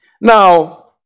Now